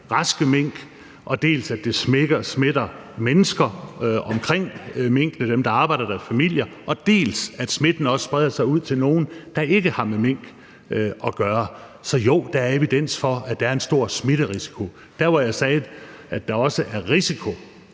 raske mink, dels at det smitter mennesker omkring minkene, altså dem, der arbejder der, og deres familier, og at smitten også spreder sig ud til nogle, der ikke har med mink at gøre. Så jo, der er evidens for, at der er en stor smitterisiko. Der, hvor jeg sagde at der også er en risiko,